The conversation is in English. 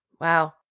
Wow